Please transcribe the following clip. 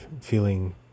feeling